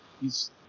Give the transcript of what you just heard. hes